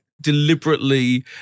deliberately